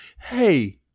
hey